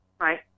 right